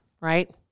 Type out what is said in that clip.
right